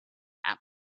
app